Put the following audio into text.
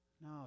No